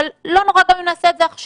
אבל לא נורא גם אם נעשה את זה עכשיו.